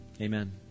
Amen